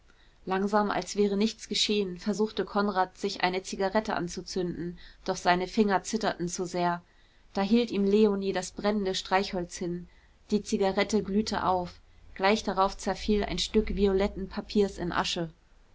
langsam als wäre nichts geschehen versuchte konrad sich eine zigarette anzuzünden doch seine finger zitterten zu sehr da hielt ihm leonie das brennende streichholz hin die zigarette glühte auf gleich darauf zerfiel ein stück violetten papiers in asche